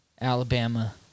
Alabama